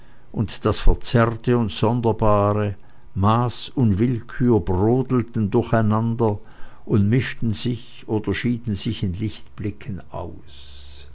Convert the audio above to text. und das verzerrte und sonderbare maß und willkür brodelten durcheinander und mischten sich oder schieden sich in lichtblicken aus